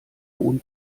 hohen